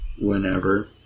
whenever